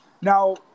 now